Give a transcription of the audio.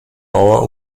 mauer